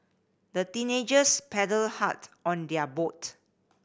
the teenagers paddled hard on their boat